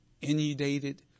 inundated